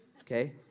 Okay